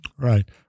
Right